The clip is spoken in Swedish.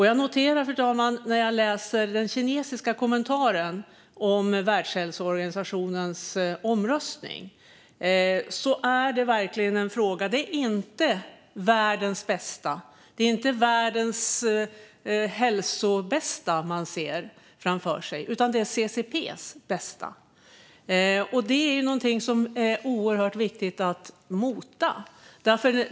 Jag noterar, fru talman, när jag läser den kinesiska kommentaren om Världshälsoorganisationens omröstning, att det inte är världens hälsobästa man ser framför sig utan CCP:s bästa. Detta är något som det är oerhört viktigt att mota.